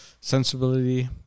sensibility